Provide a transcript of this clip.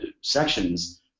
sections